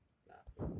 okay lah okay lor